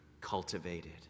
Cultivated